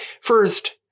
First